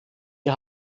wir